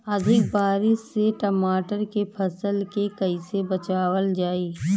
अधिक बारिश से टमाटर के फसल के कइसे बचावल जाई?